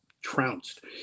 trounced